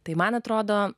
tai man atrodo